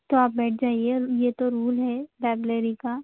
تو آپ بیٹھ جائیے یہ تو رول ہے لائبریری کا